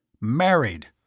Married